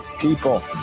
people